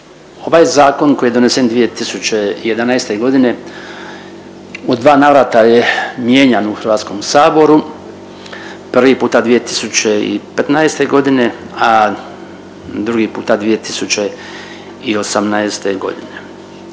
Ovaj zakon koji je donesen 2011. godine u dva navrata je mijenjan u Hrvatskom saboru. Prvi puta 2015. godine, a drugi puta 2018. godine.